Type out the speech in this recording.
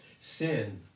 Sin